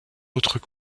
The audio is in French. autres